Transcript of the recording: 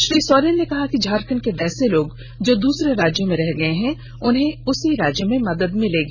श्री सोरेन ने कहा कि झारखंड के वैसे लोग जो दूसरे राज्यों में रह गए हैं उन्हें उसी राज्य में मदद मिलेगी